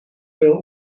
veel